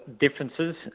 differences